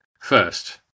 first